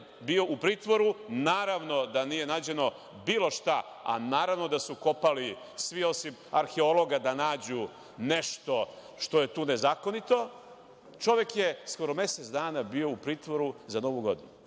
bio u pritvoru, naravno da nije nađeno bilo šta. Naravno da su kopali svi osim arheologa da nađu nešto što je tu nezakonito. Čovek je skoro mesec dana bio u pritvoru za Novu godinu. Koja